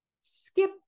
skip